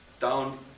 down